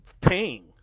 paying